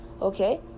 okay